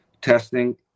testing